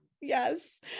Yes